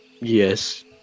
Yes